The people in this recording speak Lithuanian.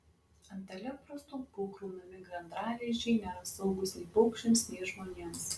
ant elektros stulpų kraunami gandralizdžiai nėra saugūs nei paukščiams nei žmonėms